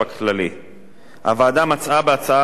הוועדה מצאה בהצעה זו כמה פגמים.